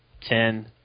ten